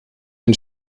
ein